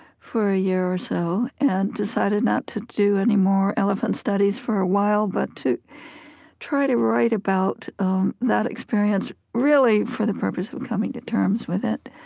for a year or so and decided not to do any more elephant studies for a while but to try to write about that experience really for the purpose of of coming to terms with it.